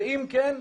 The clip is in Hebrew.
ואם כן,